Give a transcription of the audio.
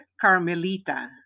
Carmelita